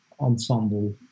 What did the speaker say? ensemble